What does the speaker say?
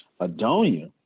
Adonia